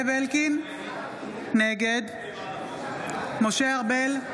נגד משה ארבל,